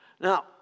Now